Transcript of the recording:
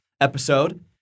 episode